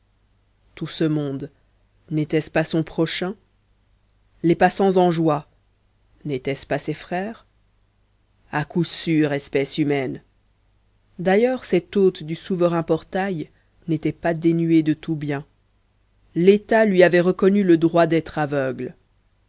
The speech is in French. tout ce monde n'était-ce pas son prochain les passants en joie nétaient ce pas ses frères à coup sûr espèce humaine d'ailleurs cet hôte du souverain portail n'était pas dénué de tout bien l'état lui avait reconnu le droit d'être aveugle